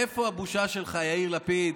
איפה הבושה שלך, יאיר לפיד?